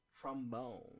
trombone